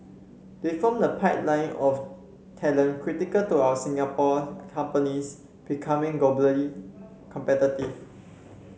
they form the pipeline of talent critical to our Singapore companies becoming globally competitive